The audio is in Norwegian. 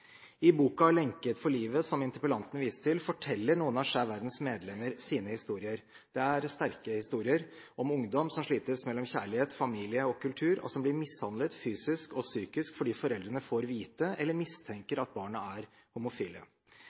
I boka Lenket for livet?, som interpellanten viser til, forteller noen av Skeiv Verdens medlemmer sine historier. Det er sterke historier om ungdom som slites mellom kjærlighet, familie og kultur, og som blir mishandlet fysisk og psykisk fordi foreldrene får vite eller mistenker at barna er